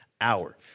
hour